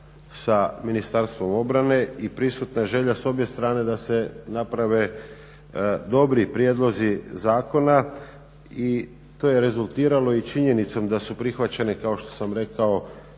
sa Ministarstvom obrane i prisutna želja s obje strane da se naprave dobri prijedlozi zakona i to je rezultiralo i činjenicom da su prihvaćeni kao što sam rekao